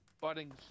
budding